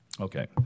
Okay